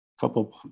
couple